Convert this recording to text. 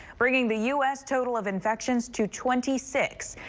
bringing the u s. total of infections to twenty six.